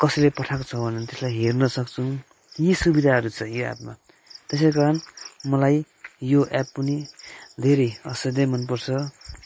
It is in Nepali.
कसैले पठाएको छ भने त्यसलाई हेर्न सक्छौँ यी सुविधाहरू छ यो एपमा त्यसै कारण मलाई यो एप पनि धेरै असाध्यै मन पर्छ